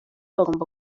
bagomba